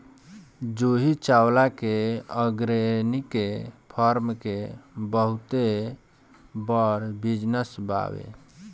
जूही चावला के organic farm के बहुते बड़ बिजनस बावे